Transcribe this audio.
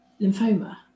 lymphoma